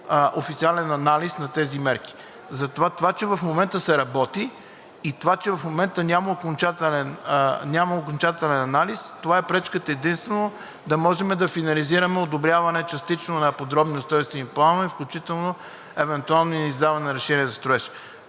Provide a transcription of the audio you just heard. официален анализ на тези мерки. Затова, че в момента се работи, и това, че в момента няма окончателен анализ, това е единствено пречката да можем да финализираме частичното одобряване на подробни устройствени планове, включително евентуални издавания на решения за строеж.